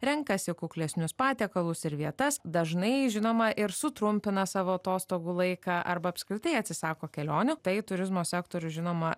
renkasi kuklesnius patiekalus ir vietas dažnai žinoma ir sutrumpina savo atostogų laiką arba apskritai atsisako kelionių tai turizmo sektorius žinoma